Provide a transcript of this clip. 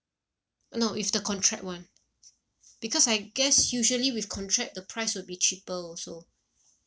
no with the contract [one] because I guess usually with contract the price would be cheaper also